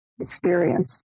experience